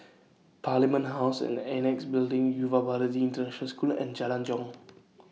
Parliament House and The Annexe Building Yuva Bharati International School and Jalan Jong